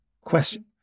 question